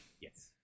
yes